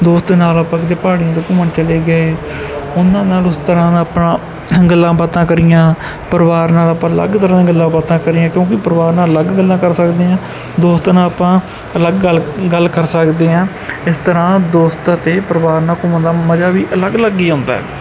ਦੋਸਤ ਦੇ ਨਾਲ ਆਪਾਂ ਕਿਤੇ ਪਹਾੜੀਆਂ 'ਤੇ ਘੁੰਮਣ ਚਲੇ ਗਏ ਉਹਨਾਂ ਨਾਲ ਉਸ ਤਰ੍ਹਾਂ ਨਾਲ ਆਪਾਂ ਗੱਲਾਂ ਬਾਤਾਂ ਕਰੀਆਂ ਪਰਿਵਾਰ ਨਾਲ ਆਪਾਂ ਅਲੱਗ ਤਰ੍ਹਾਂ ਗੱਲਾਂ ਬਾਤਾਂ ਕਰੀਆਂ ਕਿਉਂਕਿ ਪਰਿਵਾਰ ਨਾਲ ਅਲੱਗ ਗੱਲਾਂ ਕਰ ਸਕਦੇ ਹਾਂ ਦੋਸਤਾਂ ਨਾਲ ਆਪਾਂ ਅਲੱਗ ਗੱਲ ਗੱਲ ਕਰ ਸਕਦੇ ਹਾਂ ਇਸ ਤਰ੍ਹਾਂ ਦੋਸਤ ਅਤੇ ਪਰਿਵਾਰ ਨਾਲ ਘੁੰਮਣ ਦਾ ਮਜ਼ਾ ਵੀ ਅਲੱਗ ਅਲੱਗ ਹੀ ਆਉਂਦਾ ਹੈ